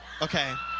okay.